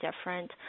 different